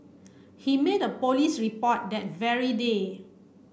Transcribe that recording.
he made a police report that very day